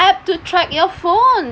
app to track your phone